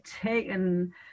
taken